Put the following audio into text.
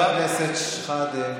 חבר הכנסת שחאדה.